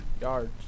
Yards